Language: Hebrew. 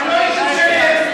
ולא יישוב שלם,